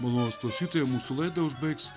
malonūs klausytojai mūsų laidą užbaigs